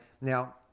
now